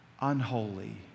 unholy